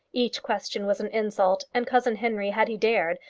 each question was an insult, and cousin henry, had he dared,